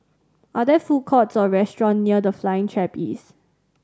are there food courts or restaurants near The Flying Trapeze